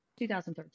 2013